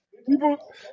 People